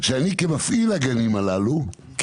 שאני כמפעיל הגנים הללו,